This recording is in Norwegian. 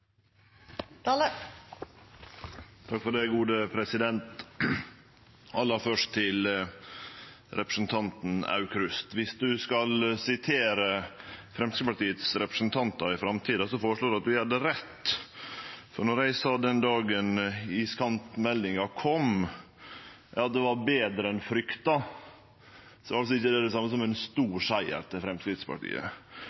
Aller først til representanten Aukrust: Dersom han skal sitere Framstegspartiets representantar i framtida, føreslår eg at han gjer det rett. Då eg sa den dagen iskantmeldinga kom, at det var betre enn frykta, er altså ikkje det det same som ein